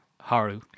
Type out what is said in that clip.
Haru